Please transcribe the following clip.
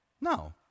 No